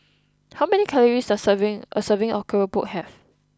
how many calories does serving a serving of Keropok have